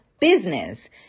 business